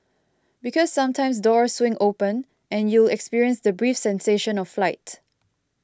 because sometimes doors swing open and you'll experience the brief sensation of flight